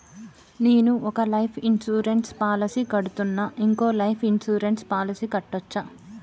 నేను ఒక life insurance policy కడ్తున్నా, ఇంకో లైఫ్ ఇన్సూరెన్స్ పాలసీ కట్టొచ్చా?